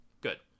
Good